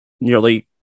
nearly